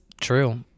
true